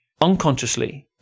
unconsciously